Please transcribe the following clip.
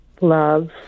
love